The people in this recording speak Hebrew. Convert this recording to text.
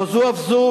לא זו אף זו,